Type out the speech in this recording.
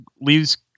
leaves